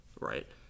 right